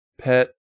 pet